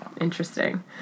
interesting